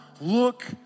look